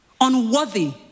unworthy